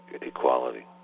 equality